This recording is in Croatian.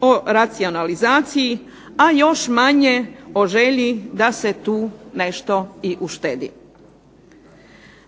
o racionalizaciji, a još manje o želi da se tu nešto i uštedi.